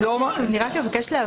אני רק אבקש להבהיר.